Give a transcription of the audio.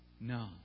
no